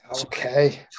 Okay